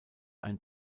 ein